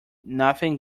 nothing